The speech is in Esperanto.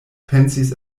pensis